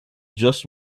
just